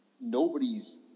nobody's –